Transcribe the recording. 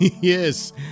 Yes